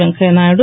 Venkaiah Naidu